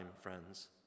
friends